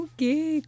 Okay